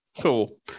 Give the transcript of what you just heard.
Cool